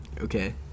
Okay